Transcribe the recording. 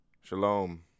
Shalom